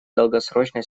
долгосрочной